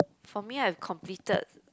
for me I completed